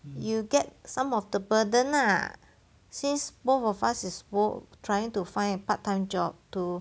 you get some of the burden lah since both of us is both trying to find a part time job to